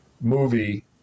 movie